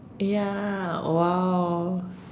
ya !wow!